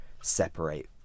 separate